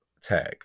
tag